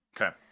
Okay